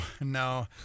no